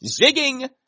zigging